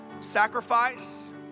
sacrifice